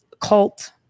cult